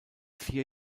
vier